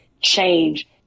change